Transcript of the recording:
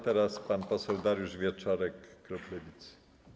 Teraz pan poseł Dariusz Wieczorek, klub Lewicy.